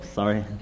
sorry